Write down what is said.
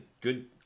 good